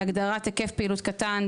"בהגדרת היקף פעילות קטן,